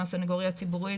מהסנגוריה הציבורית,